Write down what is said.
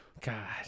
God